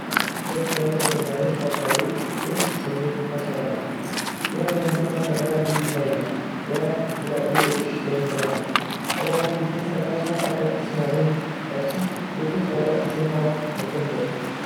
Sport bilan shug'ullanish orqali o'z kuchimni oshiraman. Men yangi maqsadlar belgilayman va ularga erishishga intilaman. Salomatlikni saqlash nafaqat jismoniy, balki ruhiy holat uchun ham muhimdir.